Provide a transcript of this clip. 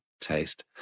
taste